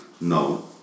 No